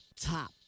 top